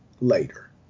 later